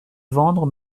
vendre